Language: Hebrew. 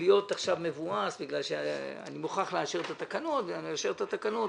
להיות עכשיו מבואס בגלל שאני מוכרח לאשר את התקנות ואם נאשר את התקנות,